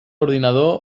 ordinador